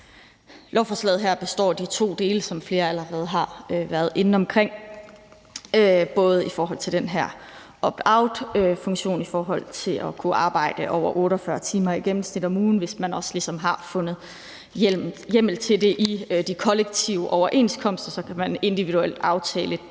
Lovforslaget her består af de to dele, som flere allerede har været inde på, bl.a. i forhold til den her opt-out-funktion i forhold til at kunne arbejde over 48 timer i gennemsnit om ugen. Hvis man også ligesom har fundet hjemmel til det i de kollektive overenskomster, kan man individuelt aftale dét.